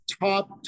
top